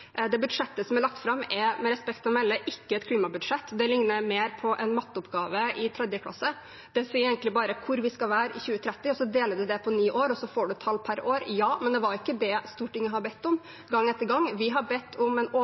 Det budsjettet som er lagt fram, er – med respekt å melde – ikke et klimabudsjett. Det ligner mer på en matteoppgave i 3. klasse. Det sier egentlig bare hvor vi skal være i 2030, så deler man det på ni år, og så får man et tall per år. Det er ikke det Stortinget har bedt om gang etter gang. Vi har bedt om en